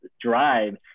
drive